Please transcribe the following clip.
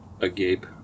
agape